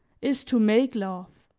is to make love.